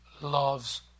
loves